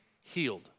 healed